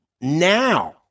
now